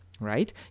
Right